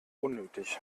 unnötig